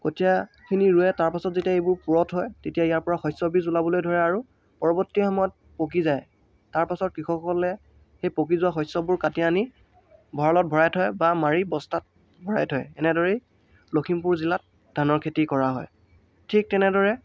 কঠিয়াখিনি ৰুৱে তাৰ পাছত যেতিয়া এইবোৰ পুৰঠ হয় তেতিয়া ইয়াৰ পৰা শস্যৰ বীজ ওলাবলৈ ধৰে আৰু পৰৱৰ্তী সময়ত পকী যায় তাৰ পাছত কৃষকসকলে সেই পকী যোৱা শস্যবোৰ কাটি আনি ভঁৰালত ভৰাই থয় বা মাৰি বস্তাত ভৰাই থয় এনেদৰেই লখিমপুৰ জিলাত ধানৰ খেতি কৰা হয় ঠিক তেনেদৰে